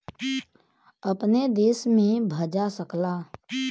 अपने देश में भजा सकला